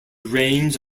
range